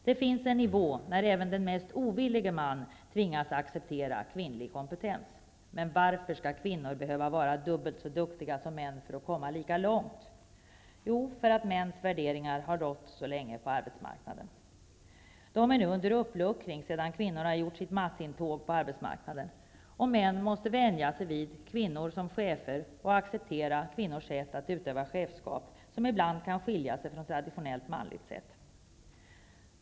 Det finns en nivå när även den mest ovillige man tvingas acceptera kvinnlig kompetens. Men varför skall kvinnor behöva vara dubbelt så duktiga som män för att komma lika långt? Jo, därför att mäns värderingar så länge har rått på arbetsmarknaden. De är nu under uppluckring sedan kvinnorna gjort sitt massintåg på arbetsmarknaden och män måste vänja sig vid kvinnor som chefer och acceptera kvinnors sätt att utöva chefskap, som ibland kan skilja sig från traditionellt manligt sätt.